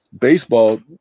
Baseball